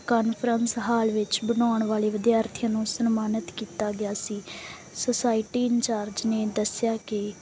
conference hall ਵਿੱਚ ਬਣਾਉਣ ਵਾਲੇ ਵਿਦਿਆਰਥੀਆਂ ਨੂੰ ਸਨਮਾਨਿਤ ਕੀਤਾ ਗਿਆ ਸੀ ਸੋਸਾਇਟੀ ਇੰਚਾਰਜ ਨੇ ਦੱਸਿਆ ਕਿ